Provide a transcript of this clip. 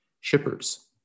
shippers